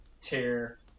tear